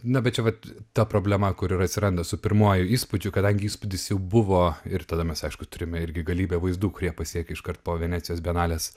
na bet čia vat ta problema kur ir atsiranda su pirmuoju įspūdžiu kadangi įspūdis jau buvo ir tada mes aišku turime irgi galybę vaizdų kurie pasiekia iškart po venecijos bienalės